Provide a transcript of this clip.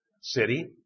city